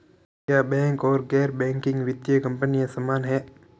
क्या बैंक और गैर बैंकिंग वित्तीय कंपनियां समान हैं?